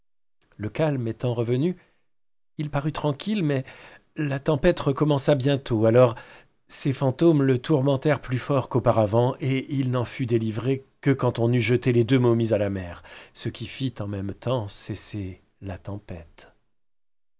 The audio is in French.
le calme étant revenu il parut tranquille mais la tempête recommença bientôt alors ces fantômes le tourmentèrent plus fort qu'auparavant et il n'en fut délivré que quand on eût jeté les deux momies à la mer ce qui fit en même temps cesser la tempête